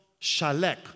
shalek